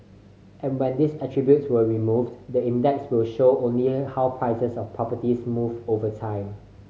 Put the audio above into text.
and when these attributes are removed the index will show only how prices of properties move over time